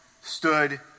stood